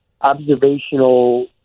observational